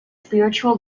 spiritual